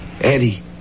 Eddie